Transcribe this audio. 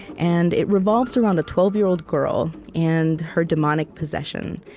and it revolves around a twelve-year-old girl and her demonic possession.